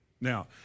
Now